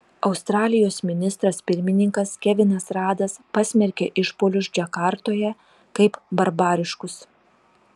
australijos ministras pirmininkas kevinas radas pasmerkė išpuolius džakartoje kaip barbariškus